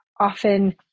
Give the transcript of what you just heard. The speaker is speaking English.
often